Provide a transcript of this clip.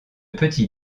petit